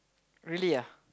really ah